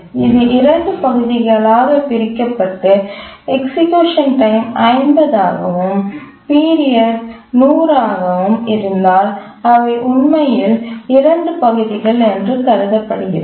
இது 2 பகுதிகளாகப் பிரிக்கப்பட்டு எக்சிக்யூஷன் டைம் 50 ஆகவும் பீரியட் 100 ஆகவும் இருந்தால் அவை உண்மையில் 2 பகுதிகள் என்று கருதப்படுகிறது